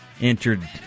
entered